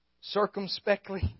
circumspectly